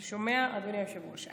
שומע, אדוני היושב-ראש?